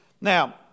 Now